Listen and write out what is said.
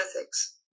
ethics